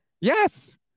Yes